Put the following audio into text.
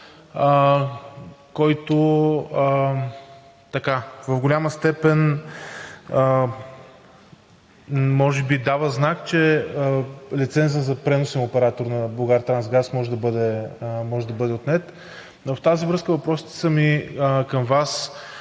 който в голяма степен може би дава знак, че лицензът за преносния оператор на „Булгартрасгаз“ може да бъде отнет. В тази връзка въпросите ми към Вас